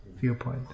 viewpoint